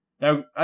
Now